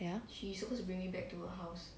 ya